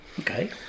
Okay